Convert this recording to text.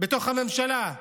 בתוך הממשלה.